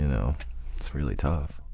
you know it's really tough.